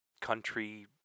country